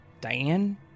Diane